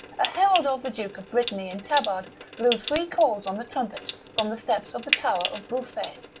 a herald of the duke of brittany in tabard blew three calls on the trumpet, from the steps of the tower of bouffay,